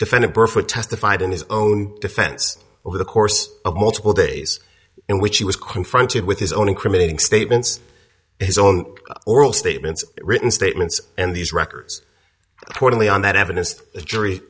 burfoot testified in his own defense over the course of multiple days in which he was confronted with his own incriminating statements his own oral statements written statements and these records only on that evidence the jury